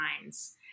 minds